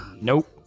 Nope